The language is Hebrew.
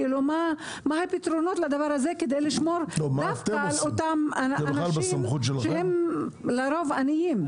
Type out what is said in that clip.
מה הפתרונות לדבר הזה כדי לשמור דווקא על אותם אנשים שהם לרוב עניים.